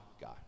god